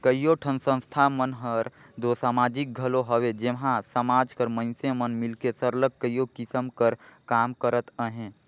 कइयो ठन संस्था मन हर दो समाजिक घलो हवे जेम्हां समाज कर मइनसे मन मिलके सरलग कइयो किसिम कर काम करत अहें